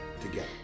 together